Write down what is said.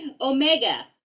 Omega